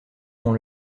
dans